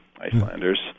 Icelanders